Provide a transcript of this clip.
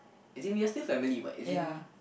as in we're still family what as in